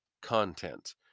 content